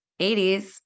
80s